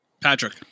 Patrick